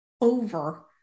over